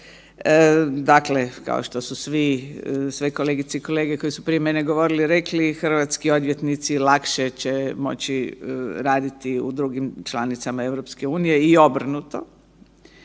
dakle kao što su sve kolegice i kolege koje su prije mene govorili i rekli hrvatski odvjetnici lakše će moći u drugim članicama EU i obrnuto.